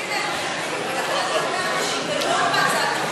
יש היגיון בהצעת החוק,